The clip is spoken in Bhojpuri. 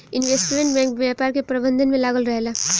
इन्वेस्टमेंट बैंक व्यापार के प्रबंधन में लागल रहेला